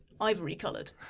ivory-coloured